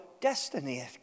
destiny